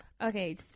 Okay